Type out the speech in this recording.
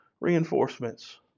reinforcements